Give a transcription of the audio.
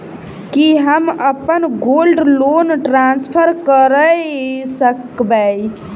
की हम अप्पन gold loan transfer करऽ सकबै?